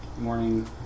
morning